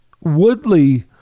Woodley